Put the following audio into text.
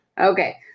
Okay